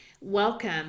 welcome